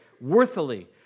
worthily